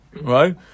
right